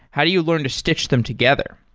how do you learn to stitch them together?